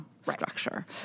structure